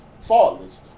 faultless